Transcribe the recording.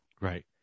Right